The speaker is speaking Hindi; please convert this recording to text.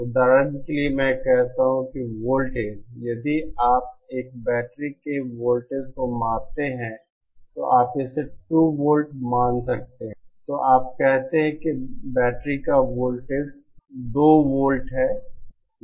उदाहरण के लिए मैं कहता हूं कि वोल्टेज यदि आप एक बैटरी के वोल्टेज को मापते हैं तो आप इसे 2 वोल्ट मान सकते हैं तो आप कहते हैं कि बैटरी का वोल्टेज 2 वोल्ट है